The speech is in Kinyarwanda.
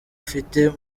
afite